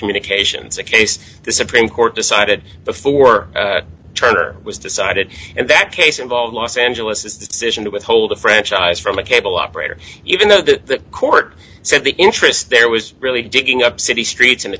communications a case the supreme court decided before turner was decided and that case involved los angeles is decision to withhold the franchise from a cable operator even though the court said the interest there was really digging up city streets and